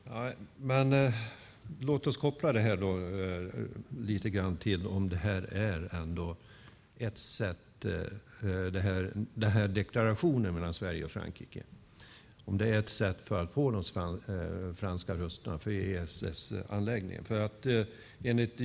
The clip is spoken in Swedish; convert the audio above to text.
Fru talman! Låt oss koppla detta till frågan om deklarationen mellan Sverige och Frankrike är ett sätt att få de franska rösterna för ESS-anläggningen.